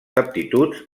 aptituds